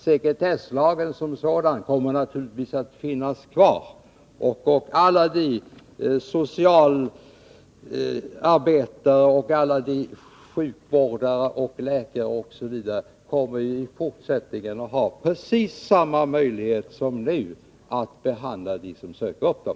Sekretesslagen som sådan kommer naturligtvis att finnas kvar, och alla socialarbetare, sjukvårdare, läkare osv. kommer i fortsättningen att ha precis samma möjlighet som nu att behandla de personer som söker upp dem.